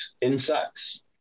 insects